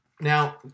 Now